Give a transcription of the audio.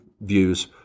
views